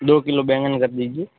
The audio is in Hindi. दो किलो बैगन कर दीजिए